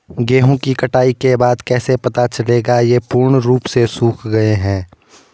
गेहूँ की कटाई के बाद कैसे पता चलेगा ये पूर्ण रूप से सूख गए हैं?